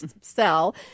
sell